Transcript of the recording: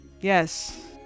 Yes